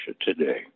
today